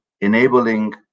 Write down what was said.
enabling